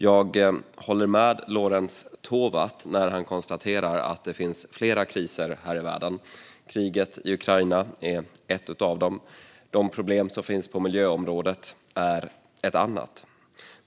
Jag håller med Lorentz Tovatt när han konstaterar att det finns flera kriser här i världen. Kriget i Ukraina är en av dem. De problem som finns på miljöområdet är en annan.